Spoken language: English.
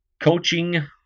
coaching